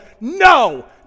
no